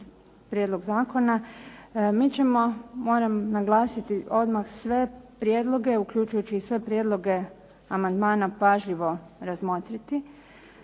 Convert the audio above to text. Prijedlog zakona. MI ćemo, moram naglasiti, sve prijedloge uključujući i sve prijedloge amandmana pažljivo razmotriti.